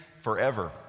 forever